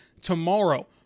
tomorrow